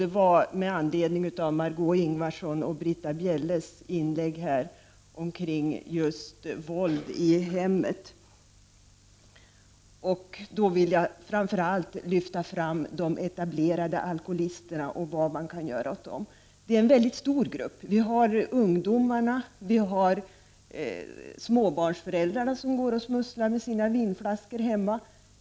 Det gäller då Margö Ingvardssons och Britta Bjelles inlägg här om våldet i hemmen. Jag vill framför allt lyfta fram frågan om de etablerade alkoholisterna och vad man kan göra åt dessa. De utgör en väldigt stor grupp. Det gäller ungdomar. Det gäller småbarnsföräldrar som smusslar med sina vinflaskor där hemma.